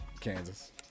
Kansas